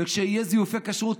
וכשיהיו זיופי כשרות,